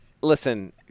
listen